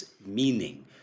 meaning